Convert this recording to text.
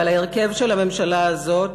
אבל ההרכב של הממשלה הזאת